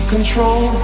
control